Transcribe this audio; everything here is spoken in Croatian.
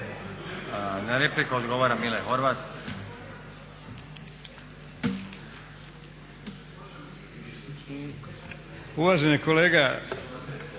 Na repliku odgovara Mile Horvat. **Horvat,